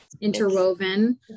interwoven